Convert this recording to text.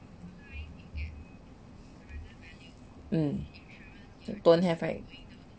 mm don't have right